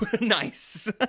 nice